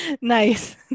Nice